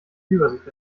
übersicht